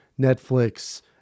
Netflix